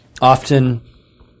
often